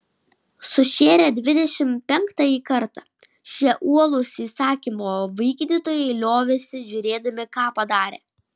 sušėrę dvidešimt penktąjį kartą šie uolūs įsakymo vykdytojai liovėsi žiūrėdami ką padarę